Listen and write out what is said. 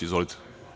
Izvolite.